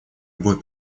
любой